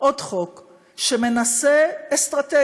יש עוד חוק שמנסה אסטרטגית